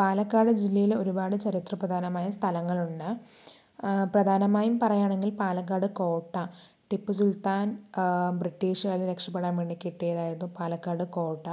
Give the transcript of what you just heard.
പാലക്കാട് ജില്ലയിൽ ഒരുപാട് ചരിത്ര പ്രധാനമായ സ്ഥലങ്ങളുണ്ട് പ്രധാനമായും പറയുവാണെങ്കിൽ പാലക്കാട് കോട്ട ടിപ്പു സുൽത്താൻ ബ്രിട്ടീഷ്ക്കാരെ രക്ഷപ്പെടാൻ വേണ്ടി കെട്ടിയതായിരുന്നു പാലക്കാട് കോട്ട